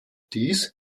dies